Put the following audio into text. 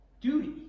duty